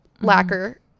lacquer